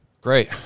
Great